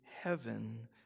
heaven